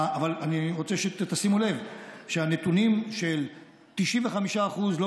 אבל אני רוצה שתשימו לב שהנתונים של 95% שלא